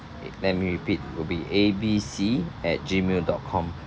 let me repeat will be A B C at gmail dot com